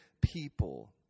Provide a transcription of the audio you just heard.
people